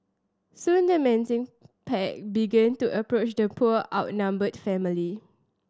soon the menacing pack began to approach the poor outnumbered family